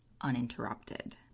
uninterrupted